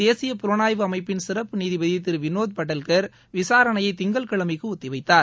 தேசிய புலனாய்வு அமைப்பின் சிறப்பு நீதிபதி திரு வினோத் படல்கர் விசாரணையை திங்கட்கிழமைக்கு ஒத்திவைத்தார்